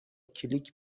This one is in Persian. کلیک